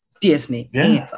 Disney